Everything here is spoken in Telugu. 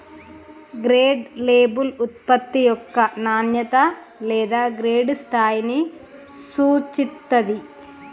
గ్రేడ్ లేబుల్ ఉత్పత్తి యొక్క నాణ్యత లేదా గ్రేడ్ స్థాయిని సూచిత్తాంది